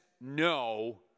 no